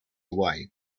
away